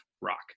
rock